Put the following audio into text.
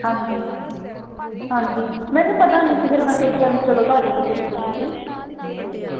ਹਾਂਜੀ ਹਾਂਜੀ ਮੈਨੂੰ ਪਤਾ ਨਹੀਂ ਸੀ ਫਿਰ ਮੈਂ ਸੋਚਿਆ ਚਲੋ ਤੁਹਾਡੇ ਤੋਂ ਪੁੱਛਦੀ ਆਂ ਗੀ ਅਤੇ